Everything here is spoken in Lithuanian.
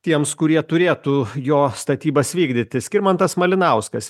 tiems kurie turėtų jo statybas vykdyti skirmantas malinauskas